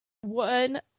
one